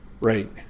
right